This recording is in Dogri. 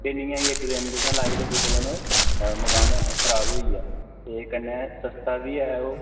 एह् निं ऐ कि दिन तुसें लाई ते दूए दिन ओह् मकान खराब होई गेआ ते कन्नै सस्ता बी ऐ ओह्